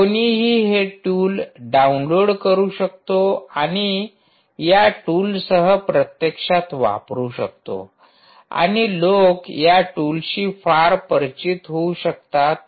कोणीही हे tool download करू शकतो आणि या टूलसह प्रत्यक्षात वापरू शकतो आणि लोक या टूलशी फार परिचित होऊ शकतात